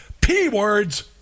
P-words